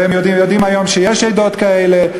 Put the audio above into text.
והם יודעים היום שיש עדות כאלה,